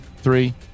Three